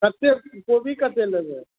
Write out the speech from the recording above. कते कोबी कते लेबै